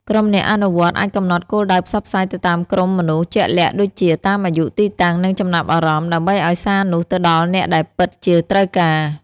ក្រុមអ្នកអនុវត្តអាចកំណត់គោលដៅផ្សព្វផ្សាយទៅតាមក្រុមមនុស្សជាក់លាក់ដូចជាតាមអាយុ ទីតាំង និងចំណាប់អារម្មណ៍ ដើម្បីឲ្យសារនោះទៅដល់អ្នកដែលពិតជាត្រូវការ។